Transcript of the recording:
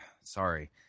sorry